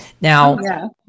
now